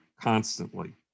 constantly